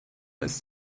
ist